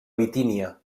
bitínia